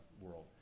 world